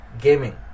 gaming